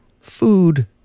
food